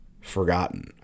forgotten